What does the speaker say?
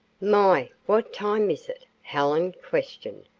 my, what time is it? helen questioned,